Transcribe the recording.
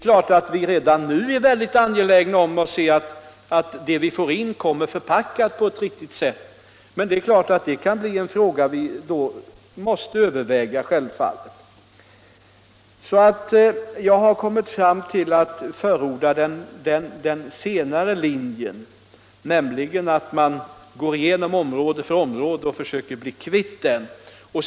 Vi är ju redan nu väldigt angelägna om att den asbest vi får in skall komma förpackad på ett riktigt sätt, men detta kan självfallet bli en fråga som vi måste överväga. Jag har på dessa grunder kommit fram till att förorda den andra linjen, nämligen att man går igenom område för område och försöker bli kvitt asbesten där.